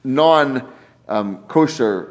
non-kosher